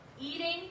Eating